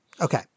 Okay